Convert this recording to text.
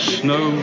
snow